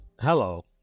Hello